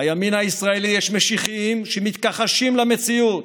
בימין הישראלי יש משיחיים שמתכחשים למציאות,